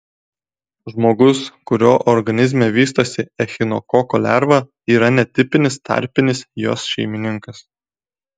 žmogus kurio organizme vystosi echinokoko lerva yra netipinis tarpinis jos šeimininkas